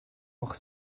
auch